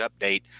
update